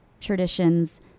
traditions